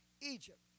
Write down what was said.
Egypt